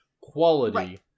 quality